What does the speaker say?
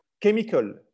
chemical